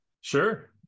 Sure